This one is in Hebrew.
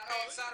שר אוצר